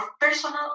personal